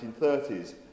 1930s